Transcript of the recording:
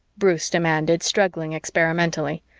bruce demanded, struggling experimentally.